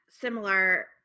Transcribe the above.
similar